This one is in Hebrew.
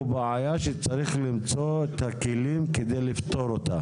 בעיות שצריך למצוא את הכלים לפתור אותן.